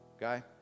guy